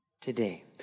Today